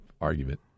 argument